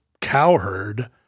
Cowherd